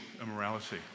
immorality